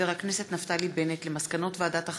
חבר הכנסת נפתלי בנט למסקנות ועדת החינוך,